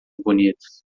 bonitos